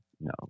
no